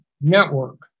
network